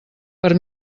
per